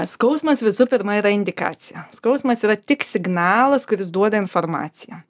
skausmas visų pirma yra indikacija skausmas yra tik signalas kuris duoda informaciją